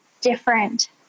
different